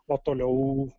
o toliau